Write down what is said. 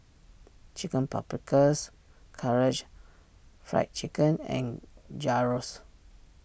Chicken Paprikas Karaage Fried Chicken and Gyros